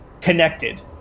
connected